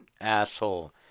Asshole